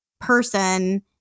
person